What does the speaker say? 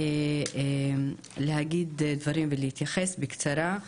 להגיד דברים ולהתייחס בקצרה.